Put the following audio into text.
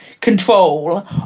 control